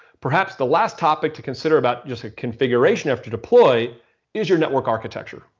perhaps the last topic to consider about just a configuration after deploy is, your network architecture.